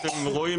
זה מתעלם